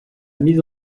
mise